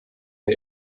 der